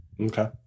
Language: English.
Okay